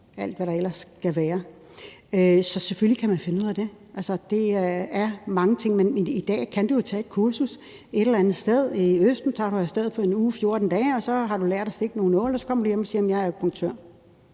alt, hvad der ellers skal være af undervisning. Så selvfølgelig kan man finde ud af det. Men i dag kan du jo tage et kursus et eller andet sted i Østen – du tager sted 1 uge eller 14 dage, og så har du lært at stikke nåle i, og så kommer du hjem og siger: Jeg er akupunktør.